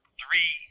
three